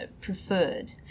preferred